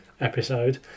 episode